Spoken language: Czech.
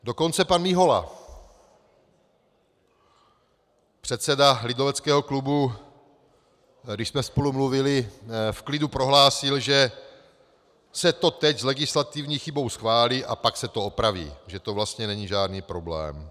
Dokonce pan Mihola, předseda lidoveckého klubu, když jsme spolu mluvili, v klidu prohlásil, že se to teď s legislativní chybou schválí a pak se to opraví, že to vlastně není žádný problém.